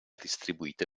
distribuite